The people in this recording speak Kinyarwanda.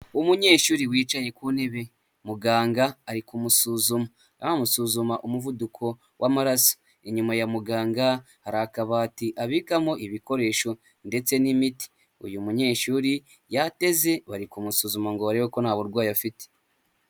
Umunyeshuri wicaye ku ntebe muganga ari kumusuzuma arimo arabamusuzuma umuvuduko w'amaraso, inyuma ya muganga hari akabati abikamo ibikoresho ndetse n'imiti uyu munyeshuri yateze bari kumusuzuma ngo barebe ko nta burwayi afite.